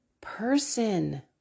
person